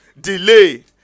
delay